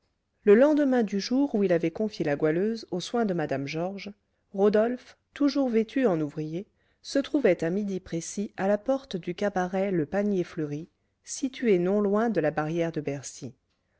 le lendemain du jour où il avait confié la goualeuse aux soins de mme georges rodolphe toujours vêtu en ouvrier se trouvait à midi précis à la porte du cabaret le panier fleuri situé non loin de la barrière de bercy